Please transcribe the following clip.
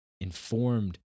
informed